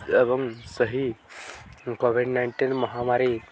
ଏବଂ ସେହି COVID nineteen ମହାମାରୀ